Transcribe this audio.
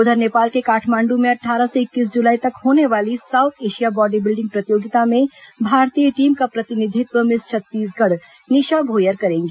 उधर नेपाल के काठमांडू में अट्ठारह से इक्कीस जुलाई तक होने वाली साउथ एशिया बॉडी बिल्डिंग प्रतियोगिता में भारतीय टीम का प्रतिनिधित्व मिस छत्तीसगढ़ निशा भोयर करेंगी